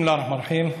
בסם אללה א-רחמאן א-רחים.